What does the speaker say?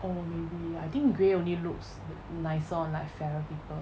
oh really I think grey only looks nicer on like fairer people